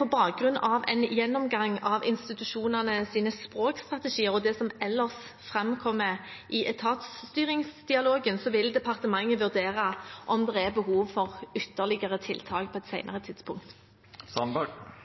På bakgrunn av en gjennomgang av institusjonenes språkstrategier og det som ellers framkommer i etatsstyringsdialogen, vil departementet vurdere om det er behov for ytterligere tiltak på et